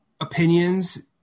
opinions